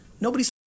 nobody's